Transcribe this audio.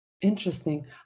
Interesting